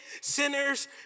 Sinners